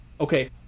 okay